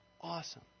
Awesome